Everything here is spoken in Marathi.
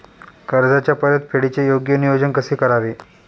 कर्जाच्या परतफेडीचे योग्य नियोजन कसे करावे?